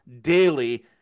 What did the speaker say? daily